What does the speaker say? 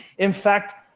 in fact,